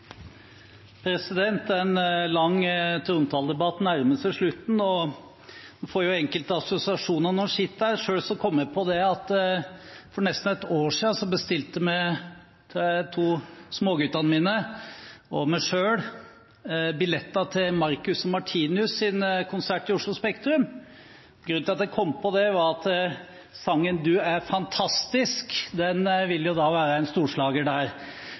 En lang trontaledebatt nærmer seg slutten, og en får jo enkelte assosiasjoner når en sitter her. Selv kom jeg på at vi for nesten et år siden bestilte billetter til Marcus & Martinus’ konsert i Oslo Spektrum til de to småguttene mine og meg selv. Grunnen til at jeg kom på det, var at sangen «Du er fantastisk» vil være en storslager der. For jeg har jo blitt beskyldt for å være en